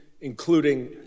including